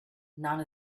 none